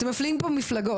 אתם מפלים פה מפלגות,